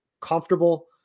comfortable